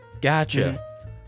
Gotcha